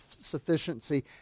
sufficiency